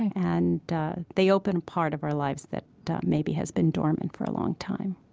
and they open a part of our lives that maybe has been dormant for a long time